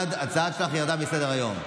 התשפ"ג 2023, של חברת הכנסת פנינה תמנו שטה.